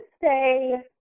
say